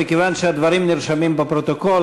מכיוון שהדברים נרשמים בפרוטוקול,